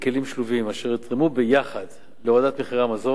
שלובים אשר יתרמו יחד להורדת מחירי המזון.